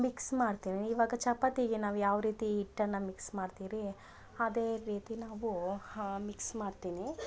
mix ಮಾಡ್ತೀನಿ ಇವಾಗ ಚಪಾತಿಗೆ ನಾವು ಯಾವ ರೀತಿ ಹಿಟ್ಟನ್ನು ಮಿಕ್ಸ್ ಮಾಡ್ತೀರಿ ಅದೇ ರೀತಿ ನಾವು ಮಿಕ್ಸ್ ಮಾಡ್ತೀನಿ